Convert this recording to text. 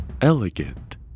elegant